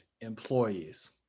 employees